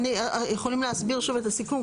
אתם יכולים להסביר שוב את הסיכום?